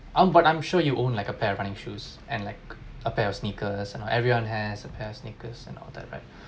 um but I'm sure you own like a pair of running shoes and like a pair of sneakers and like everyone has a pair of sneakers and all that right